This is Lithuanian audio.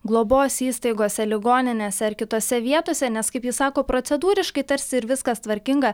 globos įstaigose ligoninėse ar kitose vietose nes kaip ji sako procedūriškai tarsi ir viskas tvarkinga